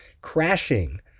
Crashing